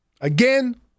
Again